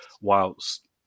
whilst